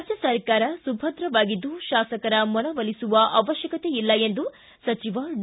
ರಾಜ್ಯ ಸರ್ಕಾರ ಸುಭದ್ರವಾಗಿದ್ದು ಶಾಸಕರ ಮನವೊಲಿಸುವ ಅವಶ್ಯಕತೆ ಇಲ್ಲ ಎಂದು ಸಚಿವ ಡಿ